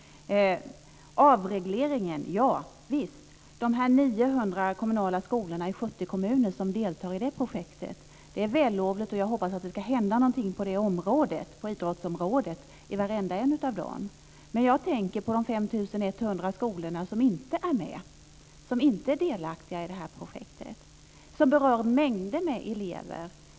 Skolministern talar om avregleringen. Det är 900 kommunala skolor i 70 kommuner som deltar i projektet. Det är vällovligt, och jag hoppas att något ska hända på idrottsområdet i varenda en av de skolorna. Men jag tänker på de 5 100 skolor som inte är med, som inte är delaktiga i projektet. Det berör mängder med elever.